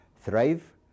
thrive